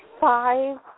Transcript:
Five